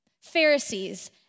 Pharisees